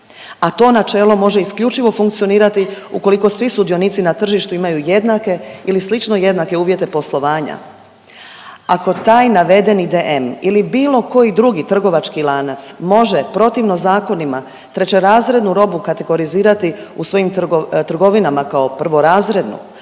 a to načelo može isključivo funkcionirati ukoliko svi sudionici na tržištu imaju jednake ili slično jednake uvjete poslovanja. Ako taj navedeni DM ili bilo koji drugi trgovački lanac može protivno zakonima trećerazrednu robu kategorizirati u svojim trgovinama kao prvorazrednu.